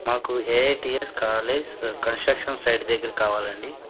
మాకు AITS college construction site దగ్గర కావాలండి